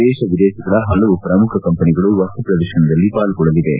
ದೇಶ ವಿದೇಶಗಳ ಹಲವು ಪ್ರಮುಖ ಕಂಪನಿಗಳು ವಸ್ತು ಪ್ರದರ್ಶನದಲ್ಲಿ ಪಾಲ್ಗೊಳ್ಳಲಿವೆ